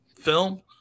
film